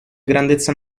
grandezza